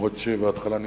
אף-על-פי שבהתחלה נדחיתי,